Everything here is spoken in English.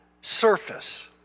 surface